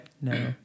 No